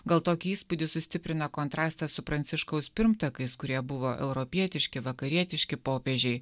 gal tokį įspūdį sustiprina kontrastas su pranciškaus pirmtakais kurie buvo europietiški vakarietiški popiežiai